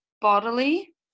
bodily